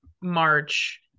March